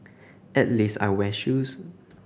at least I wear shoes